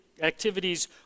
activities